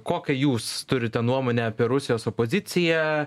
kokią jūs turite nuomonę apie rusijos opoziciją